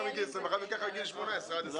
לא קשור לסטודנטים.